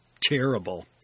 terrible